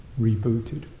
rebooted